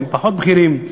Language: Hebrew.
מהם פחות בכירים.